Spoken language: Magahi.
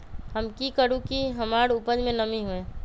हम की करू की हमार उपज में नमी होए?